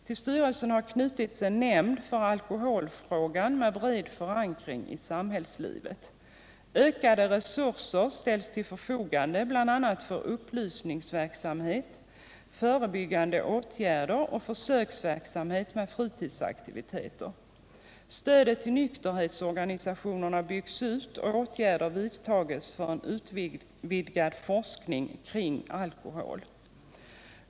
Till styrelsen har knutits en nämnd för alkoholfrågan med bred förankring i samhällslivet. Ökade resurser ställs till förfogande bl.a. för upplysningsverksamhet, förebyggande åtgärder och försöksverksamhet med fritidsaktiviteter. Stödet till nykterhetsorganisationerna byggs ut och åtgärder vidtas för en utvidgad forskning kring alkohol.